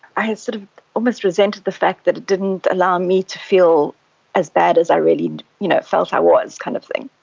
i and sort of almost resented the that it didn't allow me to feel as bad as i really you know felt i was, kind of thing.